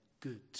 good